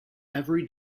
every